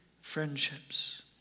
friendships